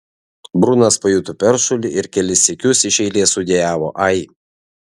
brunas pajuto peršulį ir kelis sykius iš eilės sudejavo ai